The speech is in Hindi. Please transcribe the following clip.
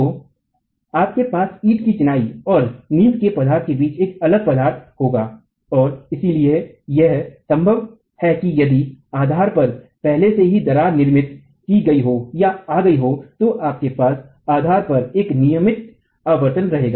तो आपके पास ईंट की चिनाई और नींव पदार्थ के बीच एक अलग पदार्थ होगा और इसलिए यह संभव है कि यदि आधार पर पहेल से ही दरार निर्मित की गई हो या आ गई हो तो आपके पास आधार पर एक नियमित आवर्तन रहेगा